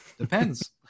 depends